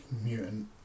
mutant